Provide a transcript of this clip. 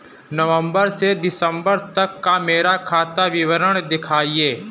नवंबर से दिसंबर तक का मेरा खाता विवरण दिखाएं?